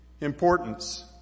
importance